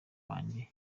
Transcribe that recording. wanjye